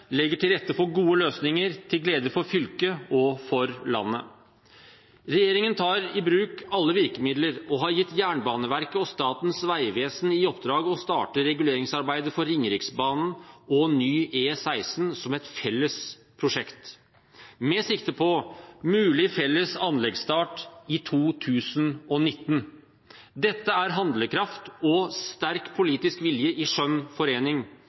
legger til rette for gode løsninger – til glede for fylket og for landet. Regjeringen tar i bruk alle virkemidler og har gitt Jernbaneverket og Statens vegvesen i oppdrag å starte reguleringsarbeidet for Ringeriksbanen og ny E16 som et felles prosjekt, med sikte på mulig felles anleggsstart i 2019. Dette er handlekraft og sterk politisk vilje i